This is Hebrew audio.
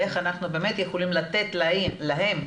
איך אנחנו באמת יכולים לתת להם,